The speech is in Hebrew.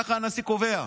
ככה הנשיא קובע.